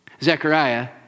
Zechariah